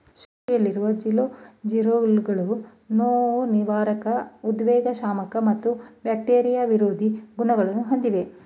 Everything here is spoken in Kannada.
ಶುಂಠಿಯಲ್ಲಿರುವ ಜಿಂಜೆರೋಲ್ಗಳು ನೋವುನಿವಾರಕ ಉದ್ವೇಗಶಾಮಕ ಮತ್ತು ಬ್ಯಾಕ್ಟೀರಿಯಾ ವಿರೋಧಿ ಗುಣಗಳನ್ನು ಹೊಂದಿವೆ